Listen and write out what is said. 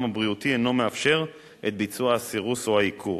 הבריאותי אינו מאפשר את ביצוע הסירוס או העיקור.